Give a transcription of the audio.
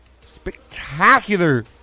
spectacular